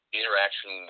interaction